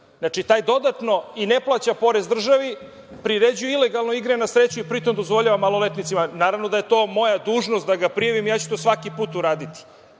radi na crno i ne plaća porez državi, priređuje ilegalno igre na sreću i pri tom dozvoljava maloletnicima i naravno da je to moja dužnost da ga prijavim i ja ću to svaki put uraditi. Mislim